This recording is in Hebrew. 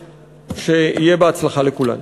שיהיה בהצלחה לכולם.